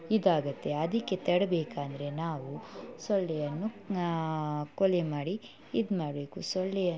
ಇದಾಗುತ್ತೆ ಅದಕ್ಕೆ ತಡಿಬೇಕಂದ್ರೆ ನಾವು ಸೊಳ್ಳೆಯನ್ನು ಕೊಲೆ ಮಾಡಿ ಇದು ಮಾಡಬೇಕು ಸೊಳ್ಳೆಯನ್ನು